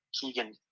Keegan